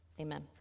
amen